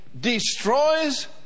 destroys